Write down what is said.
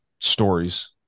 stories